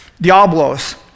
Diablos